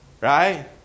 Right